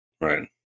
Right